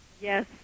Yes